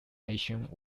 ancient